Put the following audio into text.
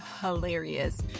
hilarious